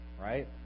Right